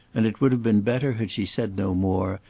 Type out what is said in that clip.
and it would have been better had she said no more,